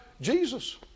Jesus